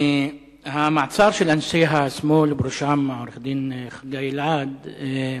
המעצר של אנשי השמאל, בראשם העורך-דין חגי אלעד,